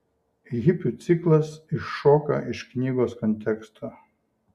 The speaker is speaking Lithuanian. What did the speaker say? hipių ciklas iššoka iš knygos konteksto